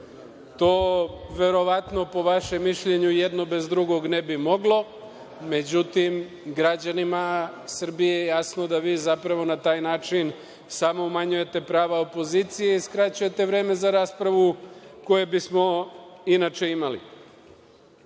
To, verovatno po vašem mišljenju jedno bez drugog ne bi moglo, međutim građanima Srbije je jasno da vi, zapravo, na taj način samo umanjujete prava opozicije i skraćujete vreme za raspravu koje bismo inače imali. Što